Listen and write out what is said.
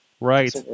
right